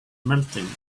melting